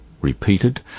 repeated